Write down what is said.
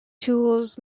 tools